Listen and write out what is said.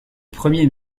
premier